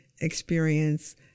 experience